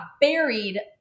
buried